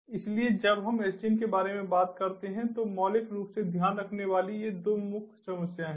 इसलिए जब हम SDN के बारे में बात करते हैं तो मौलिक रूप से ध्यान रखने वाली ये 2 मुख्य समस्याएं हैं